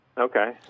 Okay